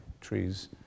trees